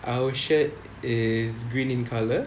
our shirt is green in colour